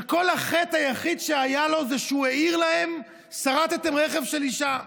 שהחטא היחיד שהיה לו זה שהוא העיר להם: שרטתם רכב של אישה.